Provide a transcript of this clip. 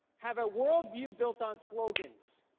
have a worldview built on slogans